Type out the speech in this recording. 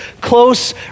close